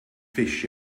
fish